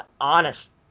honest